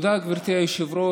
תודה, גברתי היושבת-ראש.